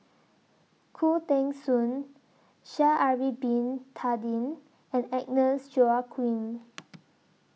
Khoo Teng Soon Sha'Ari Bin Tadin and Agnes Joaquim